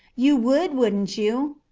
you would, wouldn't you?